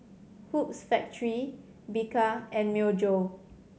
Hoops Factory Bika and Myojo